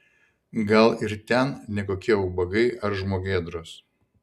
gal ir ten ne kokie ubagai ar žmogėdros